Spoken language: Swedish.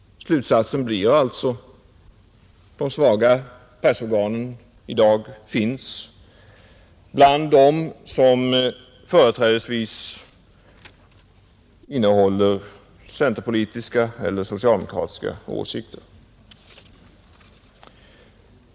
Slutsatsen blir alltså att de ekonomiskt svaga pressorganen i dag finns bland de tidningar som företrädesvis innehåller centerpolitiska eller socialdemokratiska åsikter.